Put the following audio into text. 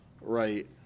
right